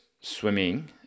swimming